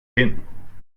hin